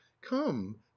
come